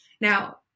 Now